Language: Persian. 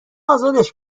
ازادش